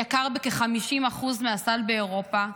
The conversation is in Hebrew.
יקר בכ-50% מהסל באירופה?